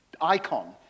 icon